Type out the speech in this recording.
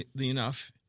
enough